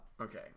okay